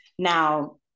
Now